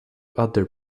outer